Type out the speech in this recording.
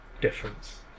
difference